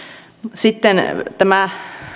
sitten tämä